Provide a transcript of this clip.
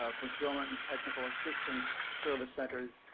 ah but yeah ah and technical assistance service centers.